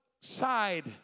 side